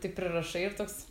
tai prirašai ir toks